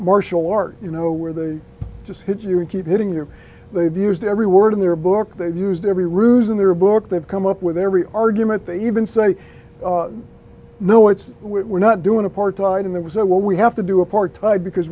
martial art you know where they just hit you and keep hitting your they've used every word in their book they've used every ruse in their book they've come up with every argument they even say no it's we're not doing apartheid in there was a well we have to do apartheid because